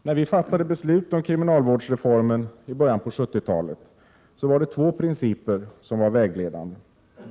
När vi i början av 70-talet fattade beslut om genomförande av kriminalvårdsreformen var två principer vägledande.